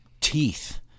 teeth